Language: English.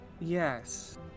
Yes